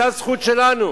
זה הזכות שלנו.